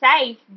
safe